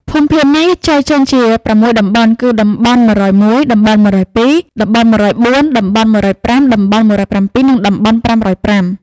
ភូមិភាគនេះចែកចេញជាប្រាំមួយតំបន់ គឺ តំបន់១០១ តំបន់១០២ តំបន់១០៤ តំបន់ ១០៥ តំបន់១០៧ និងតំបន់៥០៥ ។